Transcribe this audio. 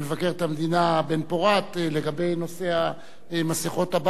לגבי נושא מסכות אב"כ בתקופת מלחמת המפרץ,